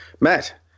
Matt